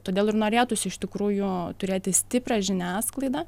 todėl ir norėtųsi iš tikrųjų turėti stiprią žiniasklaidą